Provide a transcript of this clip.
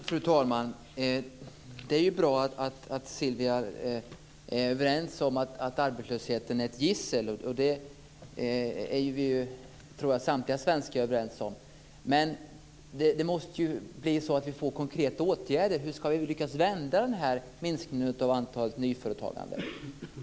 Fru talman! Det är bra att Sylvia Lindgren och jag är överens om att arbetslösheten är ett gissel. Det tror jag att samtliga svenskar är överens om. Men vi måste få konkreta åtgärder för att lyckas vända minskningen av antalet nya företag.